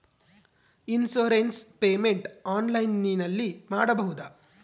Insurance payment ಆನ್ಲೈನಿನಲ್ಲಿ ಮಾಡಬಹುದಾ?